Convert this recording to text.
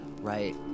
Right